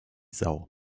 sau